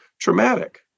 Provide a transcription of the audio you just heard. traumatic